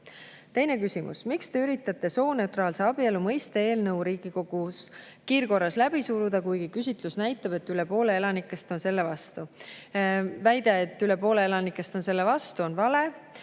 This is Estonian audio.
Teine küsimus: "Miks Te üritate sooneutraalse "abielu" mõiste eelnõu Riigikogus kiirkorras läbi suruda, kuigi küsitlus näitab, et üle poole Eesti elanikest on selle vastu?" Väide, et üle poole elanikest on selle vastu, on vale.